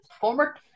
Former